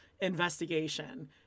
investigation